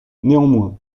néanmoins